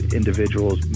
individuals